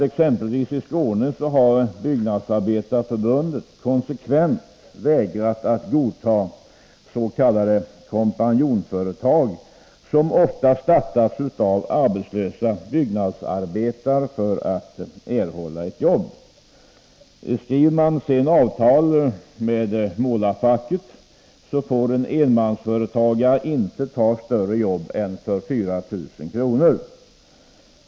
Exempelvisi medbestämmande Skåne har Byggnadsarbetareförbundet konsekvent vägrat att godta s.k. lagen kompanjonsföretag, som ofta startas av arbetslösa byggnadsarbetare för att de skall erhålla ett jobb. Skriver de sedan avtal med målarfacket får en enmansföretagare inte ta större jobb än för 4 000 kr.